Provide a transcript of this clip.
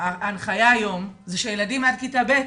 ההנחיה היום היא שהילדים עד כיתה ב',